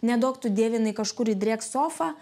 neduok tu dieve jinai kažkur įdrėks sofą